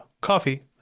coffee